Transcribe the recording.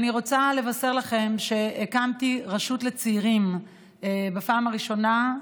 אני רוצה לבשר לכם שהקמתי רשות לצעירים בפעם הראשונה.